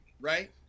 right